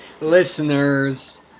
Listeners